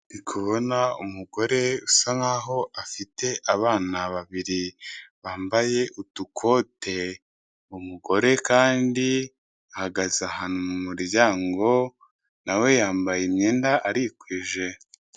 Kubona umugore usa nkaho afite abana babiri bambaye utukote umugore kandi ahagaze ahantu mu muryango nawe yambaye imyenda arikwije.